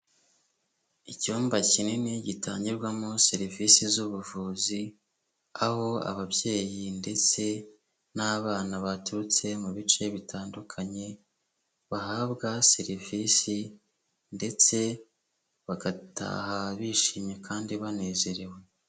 Icyumba kinini gitangirwamo serivisi z'ubuvuzi, aho ababyeyi ndetse n'abana baturutse mu bice bitandukanye, bahabwa serivisi ndetse bagataha bishimye kandi banezerewe.